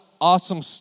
awesome